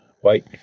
white